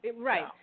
Right